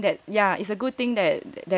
that yeah it's a good thing that that